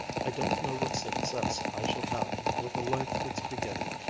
i don't know what success i shall have with the life that's beginning,